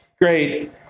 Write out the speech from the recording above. great